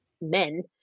men